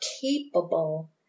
capable